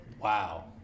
Wow